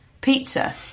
pizza